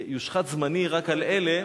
שיושחת זמני רק על אלה,